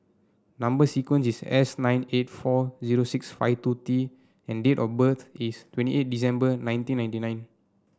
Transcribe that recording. number sequence is S nine eight four zero six five two T and date of birth is twenty eight December nineteen ninety nine